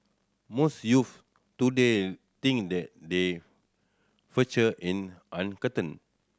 most youths today think that they future in uncertain